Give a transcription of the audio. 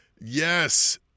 Yes